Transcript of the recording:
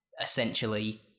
essentially